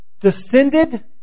descended